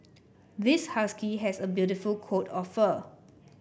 this husky has a beautiful coat of fur